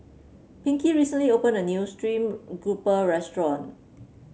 Pinkie recently opened a new stream grouper restaurant